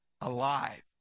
alive